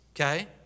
okay